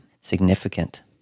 significant